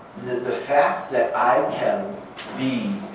the fact that i can be